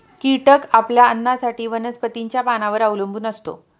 कीटक आपल्या अन्नासाठी वनस्पतींच्या पानांवर अवलंबून असतो